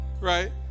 Right